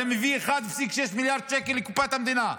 זה מביא 1.6 מיליארד שקל לקופת המדינה.